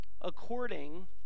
according